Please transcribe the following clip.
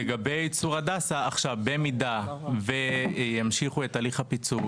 לגבי צור הדסה - במידה וימשיכו את הליך הפיצול